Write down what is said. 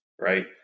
right